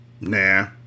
Nah